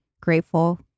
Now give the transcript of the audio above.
grateful